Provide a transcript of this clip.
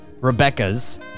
Rebecca's